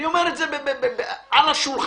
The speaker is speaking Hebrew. אני אומר את זה על השולחן.